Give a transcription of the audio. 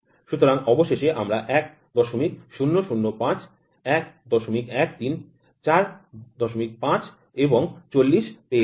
সুতরাং অবশেষে আমরা ১০০৫ ১১৩ ৪৫ এবং ৪০ পেয়েছি